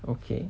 okay